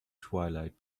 twilight